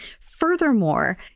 Furthermore